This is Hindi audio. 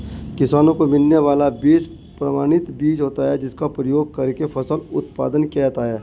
किसानों को मिलने वाला बीज प्रमाणित बीज होता है जिसका प्रयोग करके फसल उत्पादन किया जाता है